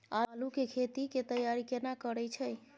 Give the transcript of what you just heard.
आलू के खेती के तैयारी केना करै छै?